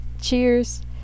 cheers